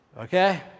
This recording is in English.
Okay